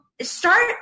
start